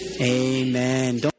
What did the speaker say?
Amen